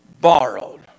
borrowed